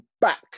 back